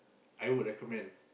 I would recommend